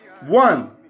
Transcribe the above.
one